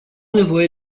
nevoie